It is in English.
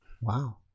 Wow